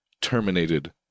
terminated